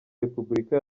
repubulika